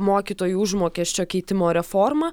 mokytojų užmokesčio keitimo reforma